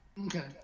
okay